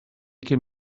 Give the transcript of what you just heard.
cyn